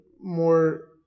more